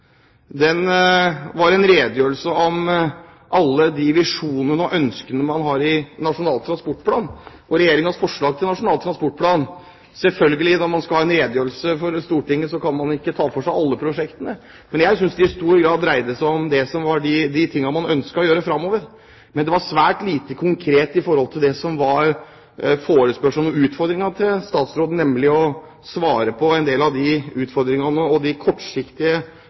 den ble holdt – var en redegjørelse om alle de visjonene og ønskene man har i Nasjonal transportplan og i Regjeringens forslag til Nasjonal transportplan. Når man skal ha en redegjørelse for Stortinget, kan man selvfølgelig ikke ta for seg alle prosjektene, men jeg synes det i stor grad dreide seg om de tingene man ønsker å gjøre framover. Det var svært lite konkret om det som var utfordringen til statsråden, nemlig å svare på en del av utfordringene og de kortsiktige